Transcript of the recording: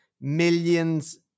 millions